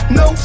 no